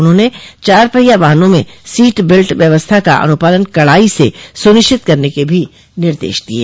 उन्होंने चार पहिया वाहनों में सीट बेल्ट व्यवस्था का अनुपालन कड़ाई से सुनिश्चित करने के भी निर्देश दिये